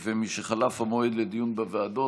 משחלף המועד לדיון בוועדות,